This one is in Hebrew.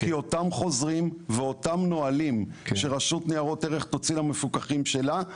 כי אותם חוזרים ואותם נהלים שרשות לניירות ערך תוציא למפוקחים שלה,